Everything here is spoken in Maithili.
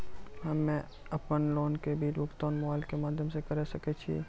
हम्मे अपन लोन के बिल भुगतान मोबाइल के माध्यम से करऽ सके छी?